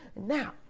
Now